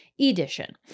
edition